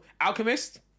Alchemist